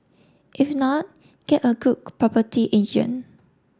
if not get a good property agent